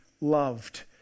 loved